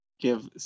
give